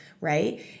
right